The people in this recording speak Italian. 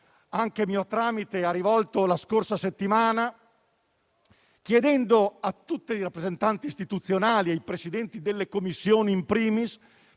anche per mio tramite, ha rivolto la scorsa settimana, chiedendo a tutti i rappresentanti istituzionali, ai Presidenti delle Commissioni *in primis*,